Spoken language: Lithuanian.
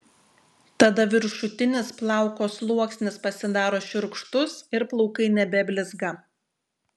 tada viršutinis plauko sluoksnis pasidaro šiurkštus ir plaukai nebeblizga